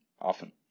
often